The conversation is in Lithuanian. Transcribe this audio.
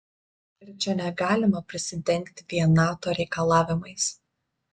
ir čia negalima prisidengti vien nato reikalavimais